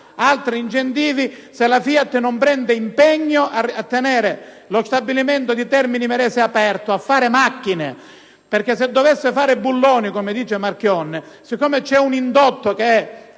altri incentivi se la FIAT non prende l'impegno a tenere lo stabilimento di Termini Imerese aperto a fare macchine. Perché se dovesse fare bulloni, come afferma Marchionne, dal momento che vi